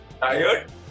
tired